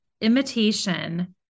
imitation